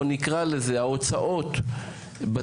או נקרא לזה ההוצאות בתקציב,